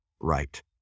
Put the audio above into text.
right